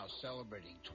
celebrating